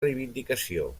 reivindicació